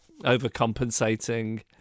overcompensating